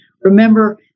Remember